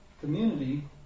community